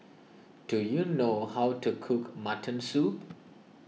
do you know how to cook Mutton Soup